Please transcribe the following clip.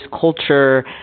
culture